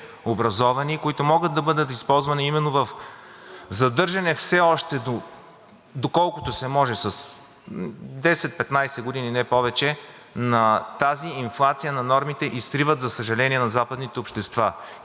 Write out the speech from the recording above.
10 – 15 години, на тази инфлация на нормите, на срива, за съжаление, на западните общества. Този срив, господа отдясно, които имате претенции да бъдете уж десни, се почва именно с това вече